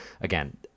Again